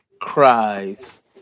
cries